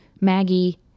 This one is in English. Maggie